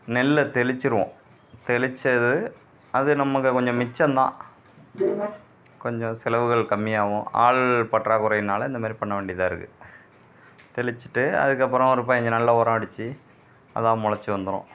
நெல்லை தெளித்திருவோம் தெளித்தது அது நமக்கு கொஞ்சம் மிச்சந்தான் கொஞ்சம் செலவுகள் கம்மியாகவும் ஆள் பற்றாக்குறையினால இந்த மாதிரி பண்ண வேண்டியதாக இருக்குது தெளித்திட்டு அதுக்கப்புறம் ஒரு பைஞ்சு நாளில் உரம் அடித்து அதாக முளச்சி வந்துடும்